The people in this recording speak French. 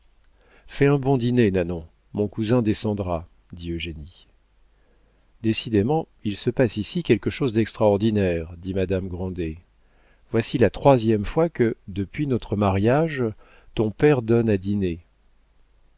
fais un bon dîner nanon mon cousin descendra dit eugénie décidément il se passe ici quelque chose d'extraordinaire dit madame grandet voici la troisième fois que depuis notre mariage ton père donne à dîner